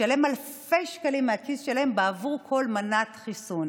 לשלם אלפי שקלים מהכיס שלהם בעבור כל מנת חיסון.